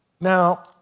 Now